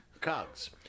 cogs